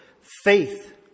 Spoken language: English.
faith